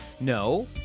no